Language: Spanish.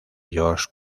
george